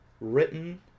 written